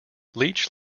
leech